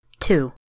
Two